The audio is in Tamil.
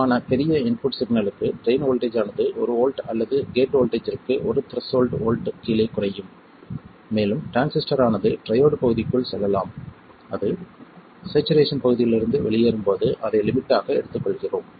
போதுமான பெரிய இன்புட் சிக்னல்க்கு ட்ரைன் வோல்ட்டேஜ் ஆனது ஒரு வோல்ட் அல்லது கேட் வோல்ட்டேஜ்ற்குக் ஒரு த்ரெஷோல்ட் வோல்ட் கீழே குறையும் மேலும் டிரான்சிஸ்டர் ஆனது ட்ரையோட் பகுதிக்குள் செல்லலாம் அது ஸேச்சுரேஷன் பகுதியிலிருந்து வெளியேறும் போது அதை லிமிட் ஆக எடுத்துக்கொள்கிறோம்